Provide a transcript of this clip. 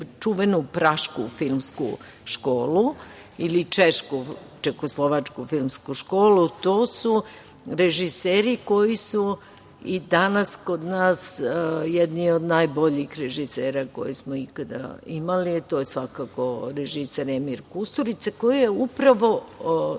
„Prašku filmsku školu“ ili češku, čehoslovačku filmsku školu. To su režiseri koji su i danas kod nas jedni od najboljih režisera koje smo ikada imali, a to je svakako režiser Emir Kusturica, koji je upravo,